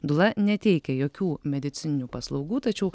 dula neteikia jokių medicininių paslaugų tačiau